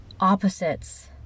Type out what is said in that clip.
opposites